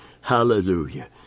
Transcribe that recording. hallelujah